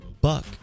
buck